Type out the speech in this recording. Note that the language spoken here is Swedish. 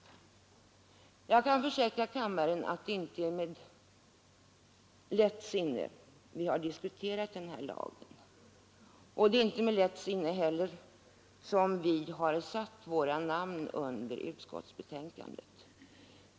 Jag kan försäkra kammaren att det inte är med lätt sinne vi har diskuterat den här lagen, och det är inte heller med lätt sinne som vi har satt våra namn under utskottsbetänkandet.